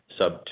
sub